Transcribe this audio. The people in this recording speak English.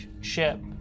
ship